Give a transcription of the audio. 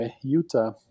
Utah